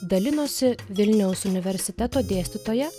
dalinosi vilniaus universiteto dėstytoja